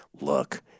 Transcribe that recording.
look